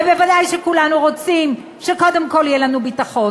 ודאי שכולנו רוצים שקודם כול יהיה לנו ביטחון,